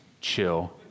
chill